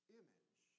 image